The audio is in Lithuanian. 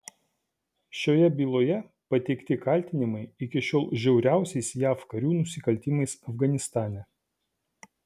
šioje byloje pateikti kaltinimai iki šiol žiauriausiais jav karių nusikaltimais afganistane